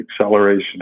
acceleration